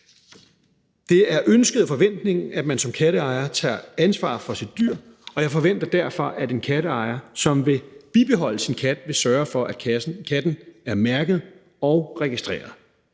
Det er ønsket og forventningen, at man som katteejer tager ansvar for sit dyr, og jeg forventer derfor, at en katteejer, som vil bibeholde sin kat, vil sørge for, at katten er mærket og registreret.